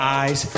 eyes